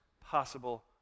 possible